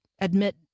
admit